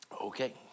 Okay